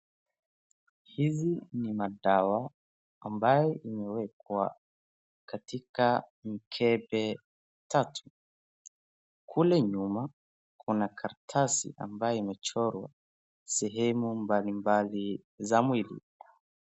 Hizi ni madawa ambayo imewekwa katika mkebe tatu. Kule nyuma kuna karatasi ambayo imechorwa sehemu mbalimbali za mwili.